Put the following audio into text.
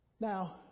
Now